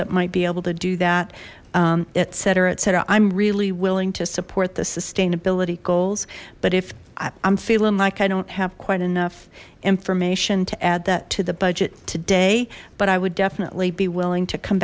that might be able to do that etc it said i'm really willing to support the sustainability goals but if i'm feeling like i don't have quite enough information to add that to the budget today but i would definitely be willing to come